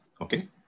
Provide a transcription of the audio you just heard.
okay